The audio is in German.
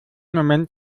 moment